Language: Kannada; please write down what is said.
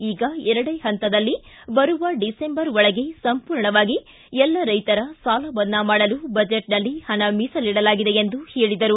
ಈಗ ಎರಡೆ ಹಂತದಲ್ಲಿ ಬರುವ ಡಿಸೆಂಬರ್ ಒಳಗೆ ಸಂಪೂರ್ಣವಾಗಿ ಎಲ್ಲ ರೈತರ ಸಾಲ ಮನ್ನಾ ಮಾಡಲು ಬಜೆಟ್ನಲ್ಲಿ ಹಣ ಮೀಸಲಿಡಲಾಗಿದೆ ಎಂದು ಹೇಳಿದರು